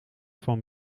van